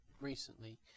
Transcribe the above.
recently